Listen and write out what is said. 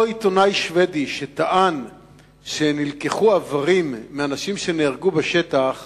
אותו עיתונאי שבדי שטען שנלקחו איברים מאנשים שנהרגו בשטח